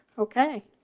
ok